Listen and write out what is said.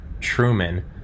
Truman